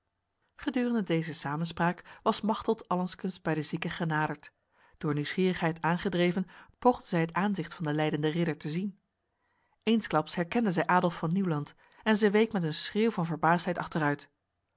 gedurende deze samenspraak was machteld allengskens bij de zieke genaderd door nieuwsgierigheid aangedreven poogde zij het aanzicht van de lijdende ridder te zien eensklaps herkende zij adolf van nieuwland en zij week met een schreeuw van verbaasdheid achteruit